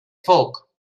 foc